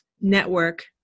Network